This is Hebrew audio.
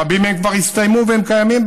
רבים מהם כבר הסתיימו והם קיימים,